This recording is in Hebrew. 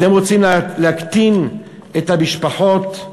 אתם רוצים להקטין את המשפחות,